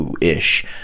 ish